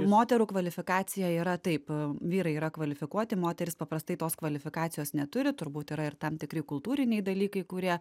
moterų kvalifikacija yra taip vyrai yra kvalifikuoti moterys paprastai tos kvalifikacijos neturi turbūt yra ir tam tikri kultūriniai dalykai kurie